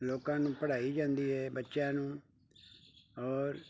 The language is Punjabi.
ਲੋਕਾਂ ਨੂੰ ਪੜ੍ਹਾਈ ਜਾਂਦੀ ਹੈ ਬੱਚਿਆਂ ਨੂੰ ਔਰ